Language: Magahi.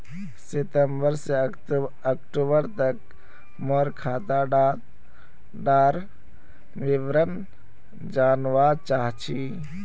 सितंबर से अक्टूबर तक मोर खाता डार विवरण जानवा चाहची?